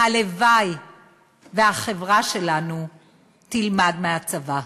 הלוואי שהחברה שלנו תלמד מהצבא.